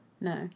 No